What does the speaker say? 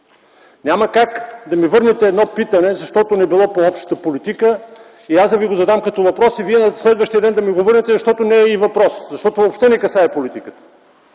Няма как да ми върнете едно питане, защото не било по общата политика и аз да Ви го задам като въпрос и Вие на следващия ден да ми го върнете, защото не е и въпрос, защото въобще не касае политиката.